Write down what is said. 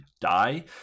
die